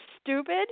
stupid